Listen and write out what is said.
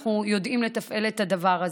אנחנו יודעים לתפעל את הדבר הזה.